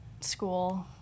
school